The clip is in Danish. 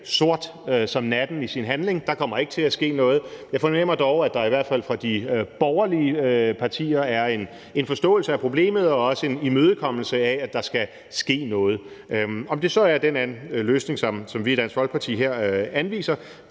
sort som natten i sin handling – der kommer ikke til at ske noget – men jeg fornemmer dog, at der i hvert fald i de borgerlige partier er en forståelse af problemet og også en imødekommelse af, at der skal ske noget. Om det så er den løsning, som vi i Dansk Folkeparti her anviser,